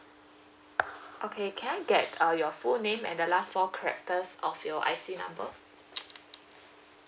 okay can I get uh your full name and the last four characters of your I_C number